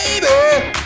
Baby